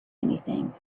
anything